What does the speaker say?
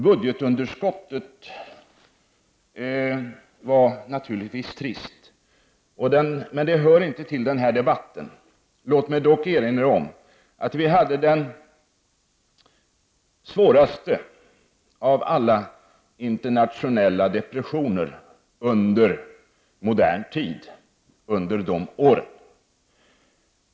Budgetunderskottet var naturligtvis trist. Men den frågan hör inte till denna debatt. Låt mig dock erinra om att vi hade den svåraste av alla internationella depressioner under modern tid under dessa år.